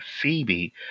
Phoebe